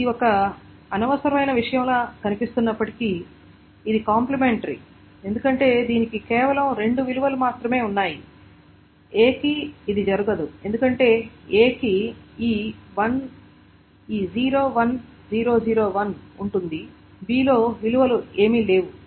ఇది ఒక అనవసరమైన విషయంలా కనిపిస్తున్నప్పటికీ ఇది కాంప్లిమెంటరీ ఎందుకంటే దీనికి కేవలం రెండు విలువలు మాత్రమే ఉన్నాయి A కి ఇది జరగదు ఎందుకంటే A కి ఈ 01001 ఉంటుంది B లో విలువలు ఏవీ లేవు